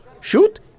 Shoot